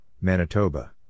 Manitoba